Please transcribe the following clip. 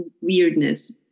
weirdness